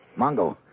Mongo